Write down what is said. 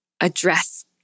address